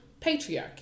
patriarchy